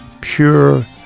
pure